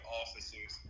officers